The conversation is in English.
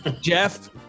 Jeff